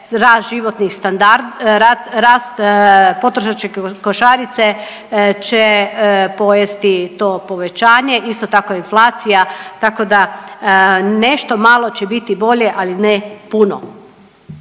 rast životnih standarda, rast potrošačke košarice će pojesti to povećanje, isto tako i inflacija, tako da nešto malo će biti bolje, ali ne puno.